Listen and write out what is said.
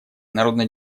народно